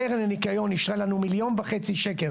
קרן הניקיון אישרה לנו מיליון וחצי שקלים